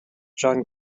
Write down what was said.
john